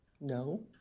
No